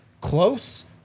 close